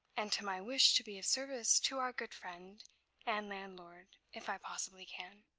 and to my wish to be of service to our good friend and landlord, if i possibly can.